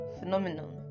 phenomenon